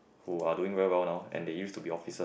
who are doing well known and they use to be officers